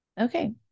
Okay